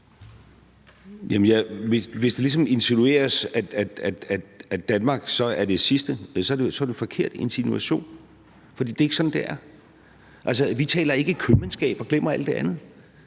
Hvis det ligesom insinueres, at Danmark så er det sidste, så er det en forkert insinuation, for det er ikke sådan, det er. Vi taler ikke købmandskab og glemmer alt det andet.